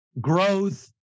growth